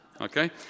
Okay